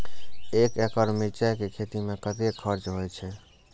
एक एकड़ मिरचाय के खेती में कतेक खर्च होय छै?